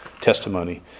testimony